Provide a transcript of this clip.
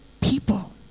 people